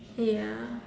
ya